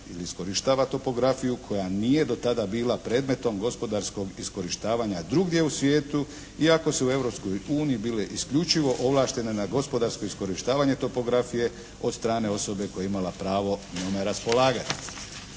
ili iskorištava topografiju, koja nije do tada bila predmetom gospodarskog iskorištavanja drugdje u svijetu iako se u Europskoj uniji bile isključivo ovlaštene na gospodarsko iskorištavanje topografije od strane osobe koja je imala pravo njome raspolagati.